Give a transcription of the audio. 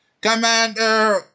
Commander